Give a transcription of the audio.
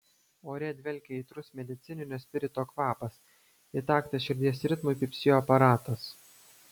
ore dvelkė aitrus medicininio spirito kvapas į taktą širdies ritmui pypsėjo aparatas